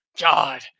God